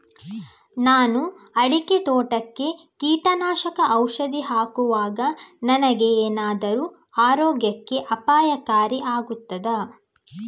ನಾನು ಅಡಿಕೆ ತೋಟಕ್ಕೆ ಕೀಟನಾಶಕ ಔಷಧಿ ಹಾಕುವಾಗ ನನಗೆ ಏನಾದರೂ ಆರೋಗ್ಯಕ್ಕೆ ಅಪಾಯಕಾರಿ ಆಗುತ್ತದಾ?